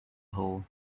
hole